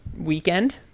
weekend